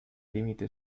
límite